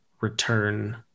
return